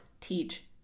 teach